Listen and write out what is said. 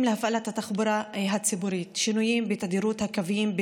להפעלת התחבורה הציבורית: שינויים בתדירות הקווים,